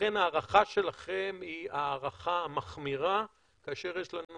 לכן ההערכה שלכם היא ההערכה המחמירה, כאשר יש לנו